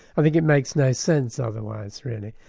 i think it makes no sense otherwise really.